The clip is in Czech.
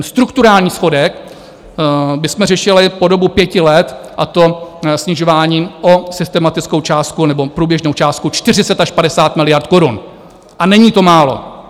Strukturální schodek bychom řešili po dobu pěti let, a to snižováním o systematickou částku nebo průběžnou částku 40 až 50 miliard korun, a není to málo.